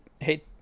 hey